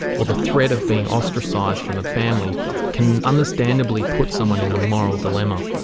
or the threat of being ostracised from the family can understandably put someone in a moral dilemma.